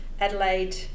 Adelaide